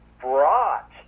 brought